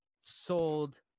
sold